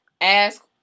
Ask